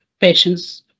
patients